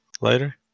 later